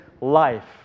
life